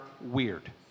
weird